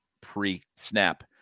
pre-snap